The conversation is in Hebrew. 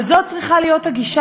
אבל זו צריכה להיות הגישה.